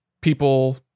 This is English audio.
people